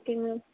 ஓகேங்க மேம்